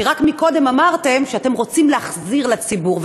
כי רק קודם אמרתם שאתם רוצים להחזיר לציבור,